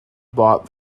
bought